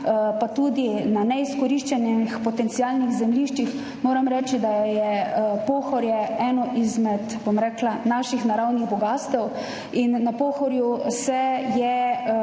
tudi na neizkoriščenih potencialnih zemljiščih. Moram reči, da je Pohorje eno izmed naših naravnih bogastev in na Pohorju se je